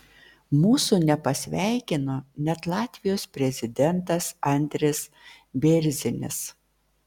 mūsų nepasveikino net latvijos prezidentas andris bėrzinis